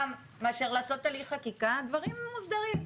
--- מאשר לעשות הליך חקיקה הדברים מוסדרים.